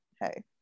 hey